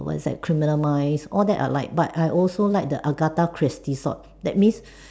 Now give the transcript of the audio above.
was I criminal minds all that I like but I also like the Agatha Christie sort that means